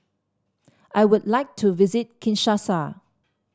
I would like to visit Kinshasa